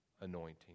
anointing